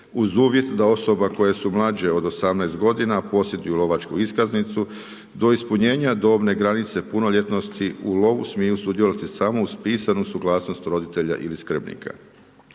uz uvjet da osobe koje su mlađe od 18 g. a posjeduju lovačku iskaznicu, do ispunjenja dobne granice punoljetnosti, u lovu smiju sudjelovati samo uz pisanu suglasnost roditelja ili skrbnika.